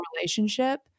relationship